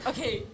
Okay